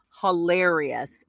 hilarious